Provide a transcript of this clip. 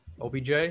OBJ